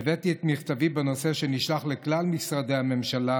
הבאתי את מכתבי שנשלח לכלל משרדי הממשלה